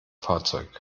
fahrzeug